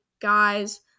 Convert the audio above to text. guys